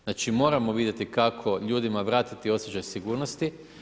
Znači moramo vidjeti kako ljudima vratiti osjećaj sigurnosti.